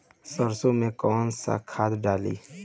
सरसो में कवन सा खाद डाली?